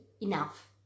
enough